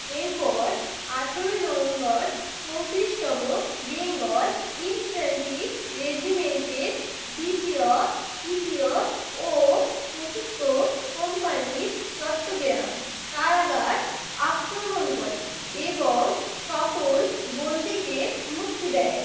এরপর আঠেরোই নভেম্বর চৌত্রিশতম বেঙ্গল ইনফ্র্যান্ট্রি রেজিমেন্টের দ্বিতীয় তৃতীয় ও চতুর্ত কোম্পানি চট্টগ্রাম কারাগার আক্রমণ করে এবং সকল বন্দীকে মুক্তি দেয়